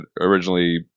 originally